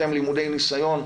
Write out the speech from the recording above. אתם למודי ניסיון,